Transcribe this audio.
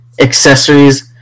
accessories